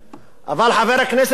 חבר הכנסת גנאים,